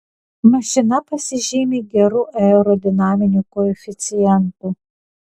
mašina pasižymi geru aerodinaminiu koeficientu